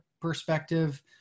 perspective